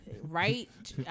Right